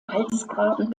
halsgraben